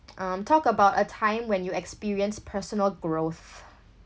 um talk about a time when you experienced personal growth